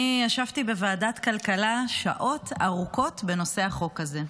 אני ישבתי בוועדת הכלכלה שעות ארוכות בנושא החוק הזה.